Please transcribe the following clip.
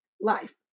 life